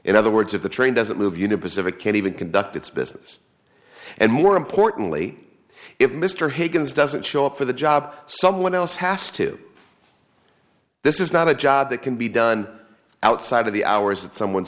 in other words of the train doesn't move you know pacific can't even conduct its business and more importantly if mr higgins doesn't show up for the job someone else has to this is not a job that can be done outside of the hours that someone